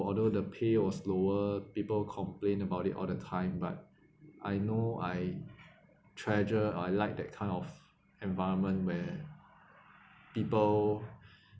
although the pay was lower people complain about it all the time but I know I treasure I like that kind of environment where people